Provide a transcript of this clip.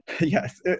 yes